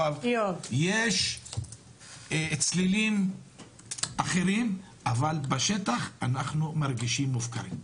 יש צלילים אחרים, אבל בשטח אנחנו מרגישים מופקרים.